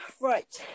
Right